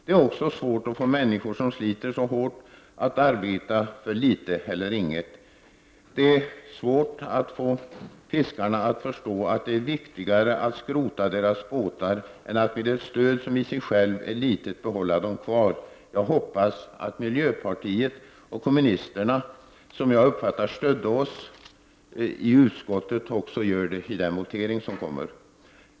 Det är också svårt att få människor som sliter så hårt att arbeta för litet eller inget. Det är svårt att få fiskare att förstå att det är viktigare att skrota deras båtar än att med ett stöd, som i sig självt är litet, behålla dem kvar. Jag hoppas att miljöpartiet och kommunisterna stöder oss i voteringen, något som jag uppfattade att de gjorde i utskottet.